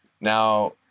Now –